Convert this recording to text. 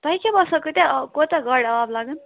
تۄہہِ کیٛاہ باسان کٲتیٛاہ کوتاہ گاڑِ آب لَگن